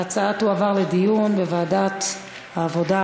ההצעה תועבר לדיון בוועדת העבודה,